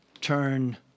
turn